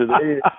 today